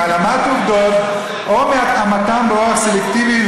מהעלמת עובדות או מהתאמתן באורח סלקטיבי,